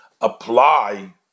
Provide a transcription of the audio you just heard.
apply